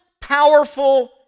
powerful